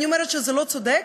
אני אומרת שזה לא צודק,